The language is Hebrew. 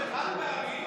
חבר כנסת קרעי,